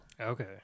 Okay